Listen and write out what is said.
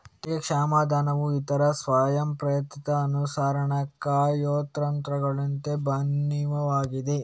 ತೆರಿಗೆ ಕ್ಷಮಾದಾನವು ಇತರ ಸ್ವಯಂಪ್ರೇರಿತ ಅನುಸರಣೆ ಕಾರ್ಯತಂತ್ರಗಳಿಗಿಂತ ಭಿನ್ನವಾಗಿದೆ